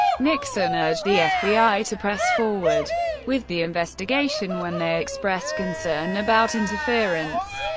nixon urged the fbi to press forward with the investigation when they expressed concern about interference.